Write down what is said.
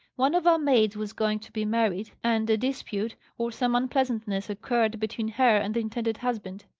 one of our maids was going to be married, and a dispute, or some unpleasantness occurred between her and the intended husband.